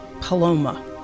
Paloma